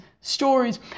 stories